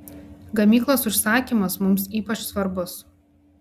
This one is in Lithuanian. gamyklos užsakymas mums ypač svarbus